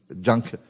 junk